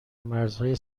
مرزهای